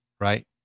right